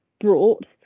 brought